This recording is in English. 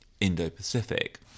indo-pacific